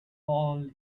all